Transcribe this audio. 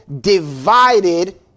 divided